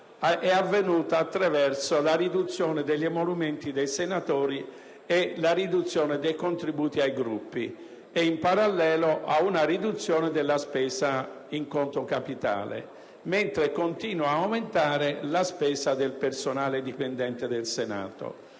è avvenuta attraverso la riduzione degli emolumenti dei senatori e la riduzione dei contributi ai Gruppi e, in parallelo, a una riduzione della spesa in conto capitale, mentre continua ad aumentare la spesa per il personale dipendente del Senato.